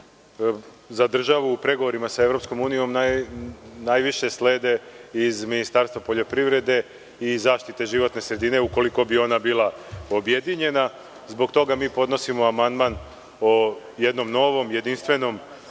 slede u pregovorima sa EU, najviše slede iz Ministarstva poljoprivrede i zaštite životne sredine, ukoliko bi ona bila objedinjena. Zbog toga podnosimo amandman o jednom novom, jedinstvenom